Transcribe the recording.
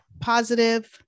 positive